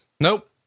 Nope